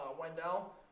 Wendell